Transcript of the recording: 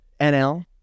NL